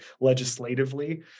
legislatively